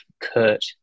Kurt